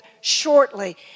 shortly